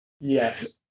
Yes